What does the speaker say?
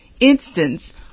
instance